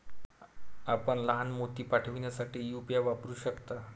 आपण लहान मोती पाठविण्यासाठी यू.पी.आय वापरू शकता